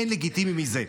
אין לגיטימי מזה.